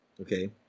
Okay